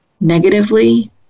negatively